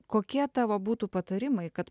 kokie tavo būtų patarimai kad